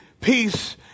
peace